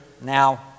now